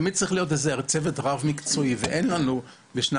תמיד צריך להיות צוות גדול ומקצועי אבל אין לנו תקציבים.